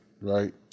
right